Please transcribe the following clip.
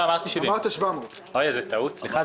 אמרתי 70. אמרת 700. זו טעות, סליחה.